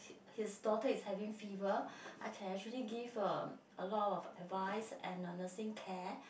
his daughter is having fever I can actually give um a lot of advice and a nursing care